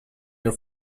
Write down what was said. your